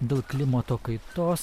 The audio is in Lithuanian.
dėl klimato kaitos